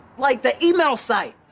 like the email site.